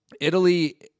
Italy